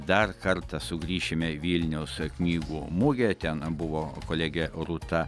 dar kartą sugrįšime į vilniaus knygų mugę ten buvo kolegė rūta